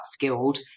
upskilled